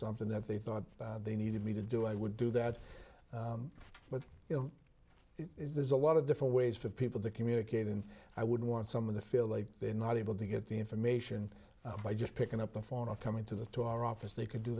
something that they thought they needed me to do i would do that but you know there's a lot of different ways for people to communicate and i would want some of the feel like they're not able to get the information by just picking up the phone or coming to the to our office they c